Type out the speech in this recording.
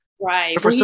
right